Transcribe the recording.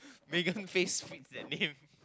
Megan face fit that name